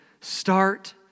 start